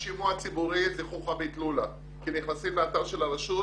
השימוע הציבורי הוא חוכא ואיטלולא כי נכנסים לאתר של הרשות,